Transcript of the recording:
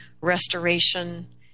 restoration